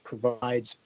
provides